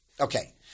Okay